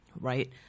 right